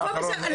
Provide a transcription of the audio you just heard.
הכול בסדר.